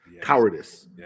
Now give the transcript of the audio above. Cowardice